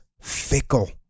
fickle